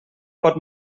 pot